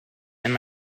and